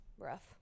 Rough